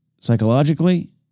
psychologically